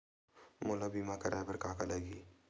मोला बीमा कराये बर का का लगही?